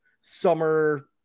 summer